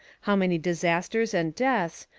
how many disasters and deaths,